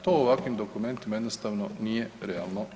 To u ovakvim dokumentima jednostavno nije realno.